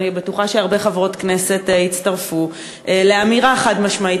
אני בטוחה שהרבה חברות כנסת יצטרפו לאמירה חד-משמעית.